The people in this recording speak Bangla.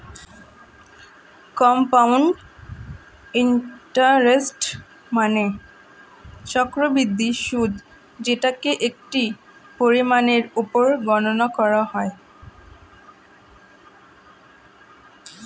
কম্পাউন্ড ইন্টারেস্ট মানে চক্রবৃদ্ধি সুদ যেটাকে একটি পরিমাণের উপর গণনা করা হয়